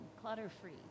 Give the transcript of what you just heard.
clutter-free